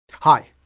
hi!